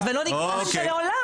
בנושא של שוויון מגדרי בספורט.